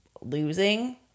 losing